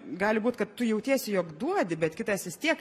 gali būt kad tu jautiesi jog duodi bet kitas vis tiek